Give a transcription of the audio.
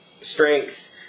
Strength